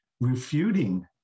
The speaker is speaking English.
refuting